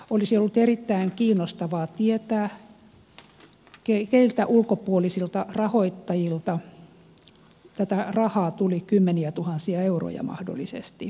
olisi ollut erittäin kiinnostavaa tietää keiltä ulkopuolisilta rahoittajilta tätä rahaa tuli kymmeniätuhansia euroja mahdollisesti